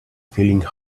feeling